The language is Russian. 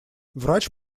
врач